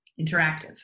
interactive